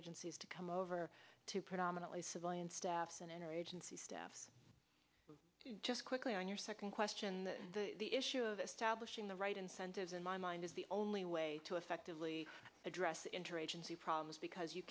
agencies to come over to predominantly civilian staffs and enter agency staff just quickly on your second question the issue of establishing the right incentives in my mind is the only way to effectively address interagency problems because you